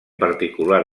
particular